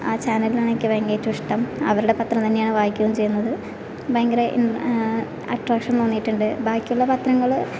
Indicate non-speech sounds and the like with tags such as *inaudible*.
ആ ചാനലിൽ ആണെനിക്ക് *unintelligible* ഏറ്റവും ഇഷ്ടം അവരുടെ പത്രം തന്നെയാണ് വായിക്കുകയും ചെയ്യുന്നത് ഭയങ്കര അട്രാക്ഷൻ തോന്നിയിട്ടുണ്ട് ബാക്കിയുള്ള പത്രങ്ങൾ